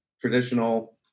traditional